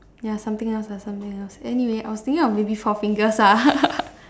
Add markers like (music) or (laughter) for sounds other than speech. ya something else lah something else anyway I was thinking of maybe four fingers lah (laughs)